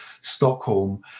Stockholm